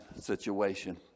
situation